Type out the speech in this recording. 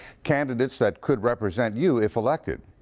candidates that could represent you if elected.